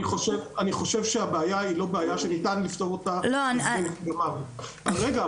אני חושב שהבעיה היא לא בעיה שניתן לפתור אותה --- לא --- רגע,